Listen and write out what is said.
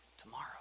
tomorrow